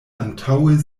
antaŭe